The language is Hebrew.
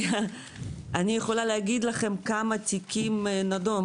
אני יכולה להגיד לכם כמה תיקים נדון,